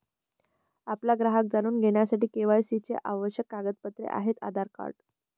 आपला ग्राहक जाणून घेण्यासाठी के.वाय.सी चे आवश्यक कागदपत्रे आहेत आधार कार्ड